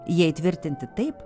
jie įtvirtinti taip